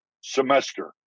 semester